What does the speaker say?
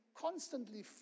constantly